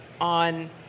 on